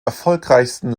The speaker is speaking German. erfolgreichsten